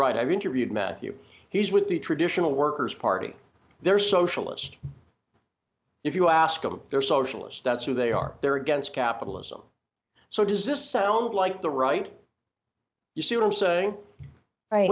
right i've interviewed matthew he's with the traditional workers party their socialist if you ask them their socialist that's who they are they're against capitalism so does this sound like the right you see what i'm saying and